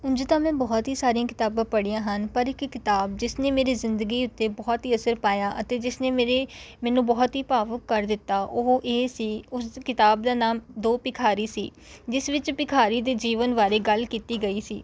ਉਂਝ ਤਾਂ ਮੈਂ ਬਹੁਤ ਹੀ ਸਾਰੀਆਂ ਕਿਤਾਬਾਂ ਪੜ੍ਹੀਆਂ ਹਨ ਪਰ ਇੱਕ ਕਿਤਾਬ ਜਿਸ ਨੇ ਮੇਰੀ ਜ਼ਿੰਦਗੀ ਉੱਤੇ ਬਹੁਤ ਹੀ ਅਸਰ ਪਾਇਆ ਅਤੇ ਜਿਸਨੇ ਮੇਰੀ ਮੈਨੂੰ ਬਹੁਤ ਹੀ ਭਾਵੁਕ ਕਰ ਦਿੱਤਾ ਉਹ ਇਹ ਸੀ ਉਸ ਕਿਤਾਬ ਦਾ ਨਾਮ ਦੋ ਭਿਖਾਰੀ ਸੀ ਜਿਸ ਵਿੱਚ ਭਿਖਾਰੀ ਦੇ ਜੀਵਨ ਬਾਰੇ ਗੱਲ ਕੀਤੀ ਗਈ ਸੀ